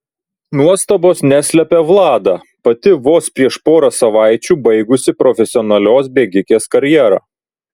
nuostabos neslepia vlada pati vos prieš porą savaičių baigusi profesionalios bėgikės karjerą